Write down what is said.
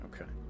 Okay